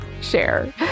share